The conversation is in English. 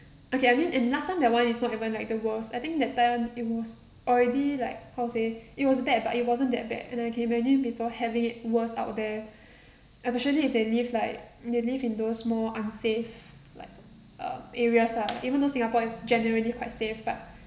okay I mean and last time that one is not even like the worst I think that time it was already like how to say it was bad but it wasn't that bad and I can imagine people having it worse out there and but surely if they live like they live in those more unsafe like uh areas lah even though singapore is generally quite safe but